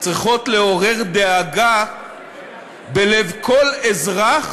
צריכות לעורר דאגה בלב כל אזרח